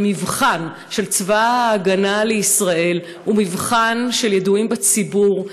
המבחן של צבא ההגנה לישראל הוא מבחן של ידועים בציבור,